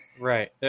Right